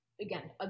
again